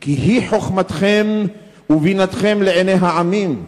כי היא חוכמתכם ובינתכם לעיני העמים,